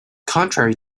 contrary